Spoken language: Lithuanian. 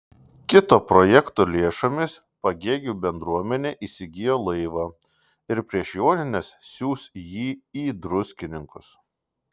kito projekto lėšomis pagėgių bendruomenė įsigijo laivą ir prieš jonines siųs jį į druskininkus